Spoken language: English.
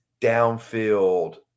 downfield